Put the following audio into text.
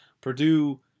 Purdue